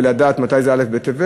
ולדעת מתי זה א' בטבת?